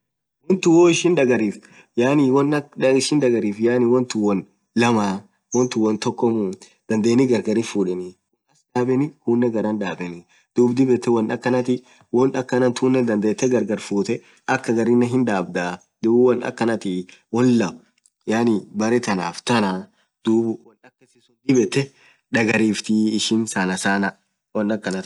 wonthun woo ishin dhariftiii yaani won akha ishin dhagariftu won lamma won thun won tokkomuu dhadheni gargar hinfudheni kuuun ach dhabeni kuun garran dhabeni dhub dhib yet won akhan thii won akhan tunen dhadethee gargar futhee akhaa hagarinen hidhambdhaa dhub won akhanathi won lammaa berre thanaf thanaa won akasisun dhib yet dhagariftii sanasana